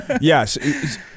Yes